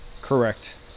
correct